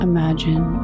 Imagine